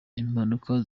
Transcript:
impanuka